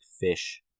fish